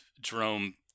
Jerome